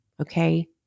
okay